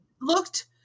looked